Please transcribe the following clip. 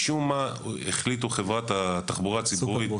משום מה, החליטו בחברת התחבורה הציבורית